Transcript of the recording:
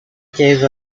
gave